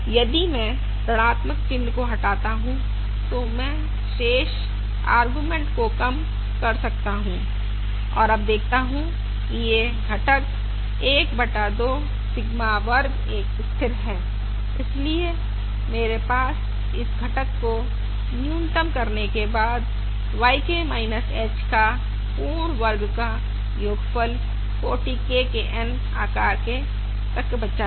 यदि मैं ऋणात्मक चिन्ह को हटाता हूं तो मैं शेष अरगुमेंट को कम कर सकता हूं और अब देखता हूं कि यह घटक 1 बटा 2 सिग्मा वर्ग एक स्थिर है इसलिए मेरे पास इस घटक को न्यूनतम करने के बाद समेशन K बराबर 1 से N yK h का पूर्ण वर्ग तक बचा है